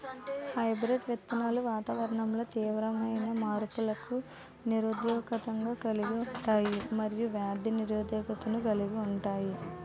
hybrid విత్తనాలు వాతావరణంలో తీవ్రమైన మార్పులకు నిరోధకతను కలిగి ఉంటాయి మరియు వ్యాధి నిరోధకతను కలిగి ఉంటాయి